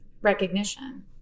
recognition